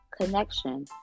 connection